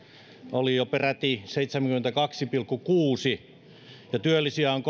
oli jo peräti seitsemänkymmentäkaksi pilkku kuusi ja työllisiä on